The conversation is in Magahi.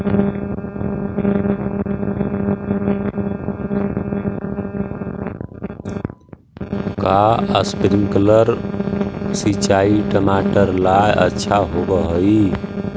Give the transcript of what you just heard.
का स्प्रिंकलर सिंचाई टमाटर ला अच्छा होव हई?